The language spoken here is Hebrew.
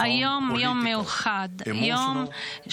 היום אינו יום מיוחד בעבורי,